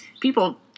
people